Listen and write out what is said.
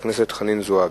של חברת הכנסת חנין זועבי.